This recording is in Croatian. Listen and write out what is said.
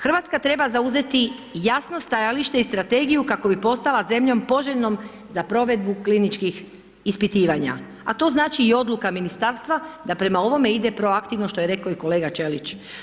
Hrvatska treba zauzeti jasno stajalište i strategiju kako bi postala zemljom poželjnom za provedbu kliničkih ispitivanja, a to znači i odluka ministarstva da prema ovome ide proaktivno što je reko i kolega Ćelić.